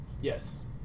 yes